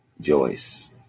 Joyce